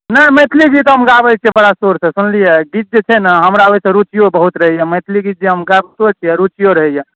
नहि मैथिली गीत हम गाबैत छियै बड़ा सुरसँ सुनलियै दिलसँ छै ने हमरा ओहिसँ रुचियो बहुत रहैए मैथिली गीत जे हम गाबितो छियै रुचियो रहैए